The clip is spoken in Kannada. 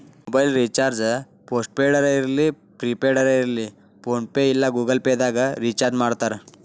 ಮೊಬೈಲ್ ರಿಚಾರ್ಜ್ ಪೋಸ್ಟ್ ಪೇಡರ ಇರ್ಲಿ ಪ್ರಿಪೇಯ್ಡ್ ಇರ್ಲಿ ಫೋನ್ಪೇ ಇಲ್ಲಾ ಗೂಗಲ್ ಪೇದಾಗ್ ರಿಚಾರ್ಜ್ಮಾಡ್ತಾರ